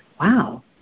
Wow